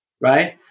right